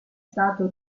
stato